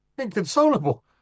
Inconsolable